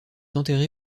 enterré